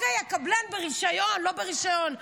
הקבלן ברישיון או לא ברישיון,